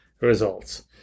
results